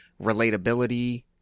relatability